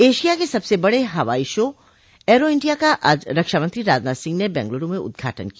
Asia के सबसे बड़े हवाई शो ऐरो इंडिया का आज रक्षा मंत्री राजनाथ सिंह ने बेंगलुरु में उदघाटन किया